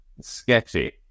sketchy